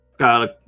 got